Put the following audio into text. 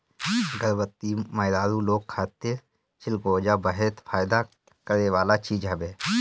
गर्भवती मेहरारू लोग खातिर चिलगोजा बहते फायदा करेवाला चीज हवे